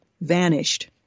vanished